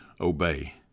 obey